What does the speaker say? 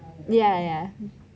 ya ya I